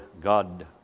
God